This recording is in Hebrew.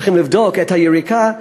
שצריכים לבדוק את היריקה.